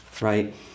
right